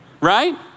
Right